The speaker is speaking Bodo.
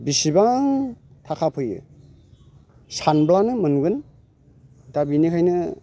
बिसिबां थाखा फैयो सानब्लानो मोनगोन दा बिनिखायनो